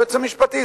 היועץ המשפטי,